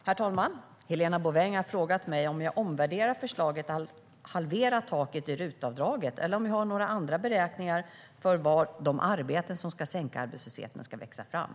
Herr talman! Helena Bouveng har frågat mig om jag omvärderar förslaget att halvera taket i RUT-avdraget eller om jag har några andra beräkningar för var de arbeten som ska sänka arbetslösheten ska växa fram.